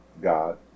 God